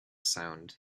sounds